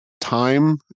time